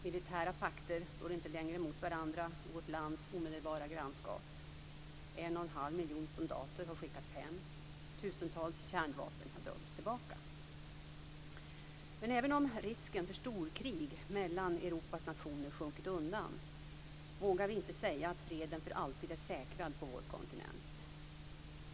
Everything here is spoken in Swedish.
Militära pakter står inte längre mot varandra i vårt lands omedelbara grannskap. En och en halv miljon soldater har skickats hem. Tusentals kärnvapen har dragits tillbaka. Men även om risken för storkrig mellan Europas nationer sjunkit undan, vågar vi inte säga att freden för alltid är säkrad på vår kontinent.